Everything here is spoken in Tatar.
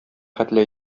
хәтле